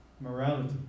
Morality